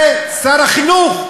זה שר החינוך.